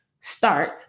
start